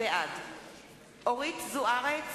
בעד אורית זוארץ,